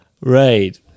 Right